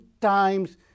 times